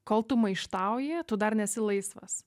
kol tu maištauji tu dar nesi laisvas